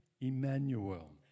Emmanuel